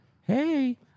Hey